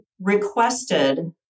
requested